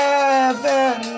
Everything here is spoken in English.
Heaven